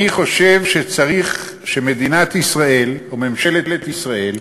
אני חושב שצריך שמדינת ישראל, או ממשלת ישראל,